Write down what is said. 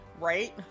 right